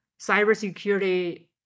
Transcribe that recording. Cybersecurity